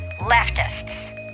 leftists